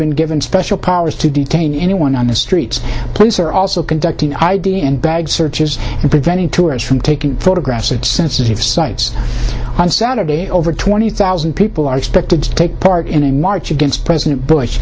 been given special powers to detain anyone on the streets police are also conducting id and bag searches and preventing tourists from taking photographs of sensitive sites on saturday over twenty thousand people are expected to take part in a march against president bush